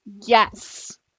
Yes